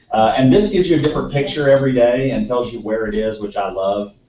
and this gives you a different picture every day and tells you where it is, which i love.